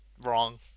wrong